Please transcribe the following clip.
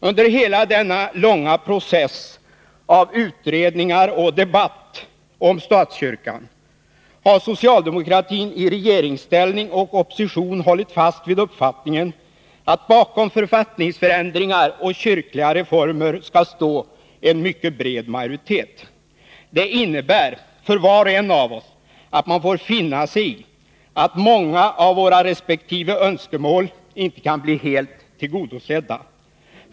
Under hela denna långa process av utredningar och debatt om statskyrkan har socialdemokratin i regeringsställning och opposition hållit fast vid uppfattningen att bakom författningsändringar och kyrkliga reformer skall stå en mycket bred majoritet. Det innebär för var och en av oss att vi får finna oss i att många av våra resp. önskemål inte kan blir helt tillgodosedda.